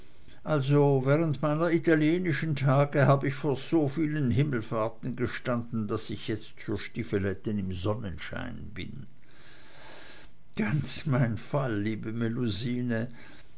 also während meiner italienischen tage hab ich vor so vielen himmelfahrten gestanden daß ich jetzt für stiefeletten im sonnenschein bin ganz mein fall liebe